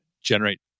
generate